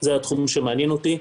זה התחום שמעניין אותי.